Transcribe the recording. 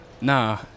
Nah